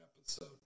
episode